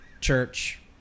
Church